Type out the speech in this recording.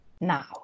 Now